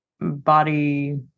body